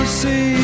see